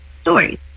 stories